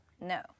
No